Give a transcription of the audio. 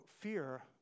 fear